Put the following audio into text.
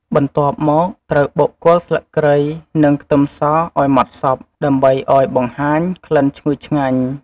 បន្ទាប់មក ត្រូវបុកគល់ស្លឹកគ្រៃ និងខ្ទឹមសឱ្យម៉ដ្ឋសព្វ ដើម្បីឱ្យបង្ហាញក្លិនឈ្ងុយឆ្ងាញ់។